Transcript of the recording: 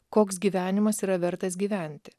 koks gyvenimas yra vertas gyventi